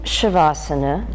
Shavasana